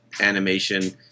animation